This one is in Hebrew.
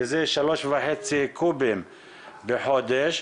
שזה 3.5 קובים בחודש,